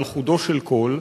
על חודו של קול.